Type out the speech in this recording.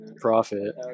profit